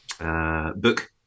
book